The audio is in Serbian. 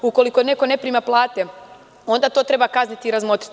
Ukoliko neko ne prima plate, onda to treba kazniti i razmotriti.